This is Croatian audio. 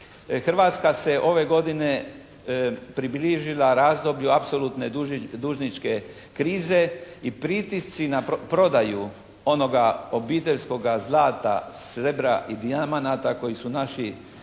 Hrvatska se ove godine približila razdoblju apsolutne dužničke krize i pritisci na prodaju onoga obiteljskoga zlata, srebra i dijamanata koje su naši